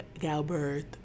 galbert